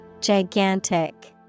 Gigantic